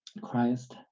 Christ